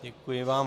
Děkuji vám.